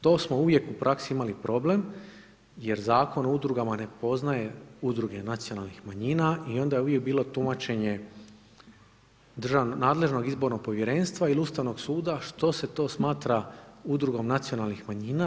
To smo uvijek u praksi imali problem, jer Zakon o udrugama ne poznaje udruge nacionalnih manjina i onda je uvijek bilo tumačenje nadležnog izbornog povjerenstva il Ustavnog suda što se to smatra udrugom nacionalnih manjina.